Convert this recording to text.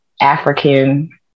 African